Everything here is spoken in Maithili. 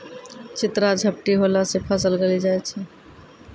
चित्रा झपटी होला से फसल गली जाय छै?